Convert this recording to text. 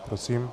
Prosím.